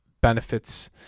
benefits